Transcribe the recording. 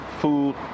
food